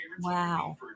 wow